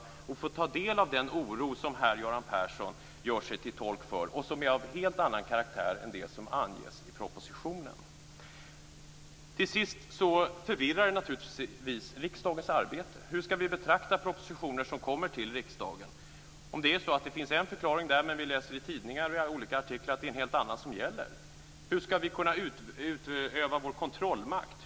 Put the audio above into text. Då kan man där ta del av den oro som Göran Persson gör sig till tolk för, och som är av helt annan karaktär än vad som anges i propositionen. För det tredje, och till sist, är detta något som förvirrar riksdagens arbete. Hur skall vi betrakta propositioner som kommer till riksdagen? Det finns en förklaring i dem, och sedan får vi läsa i tidningarnas olika artiklar att det är en helt annan som gäller. Hur skall riksdagen då kunna utöva sin kontrollmakt?